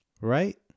Right